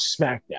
SmackDown